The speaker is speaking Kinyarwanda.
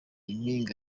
impinga